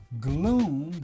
Gloom